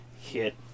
hit